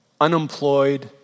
unemployed